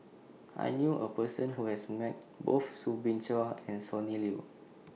I knew A Person Who has Met Both Soo Bin Chua and Sonny Liew